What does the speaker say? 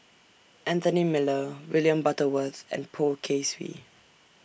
Anthony Miller William Butterworth and Poh Kay Swee